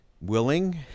willing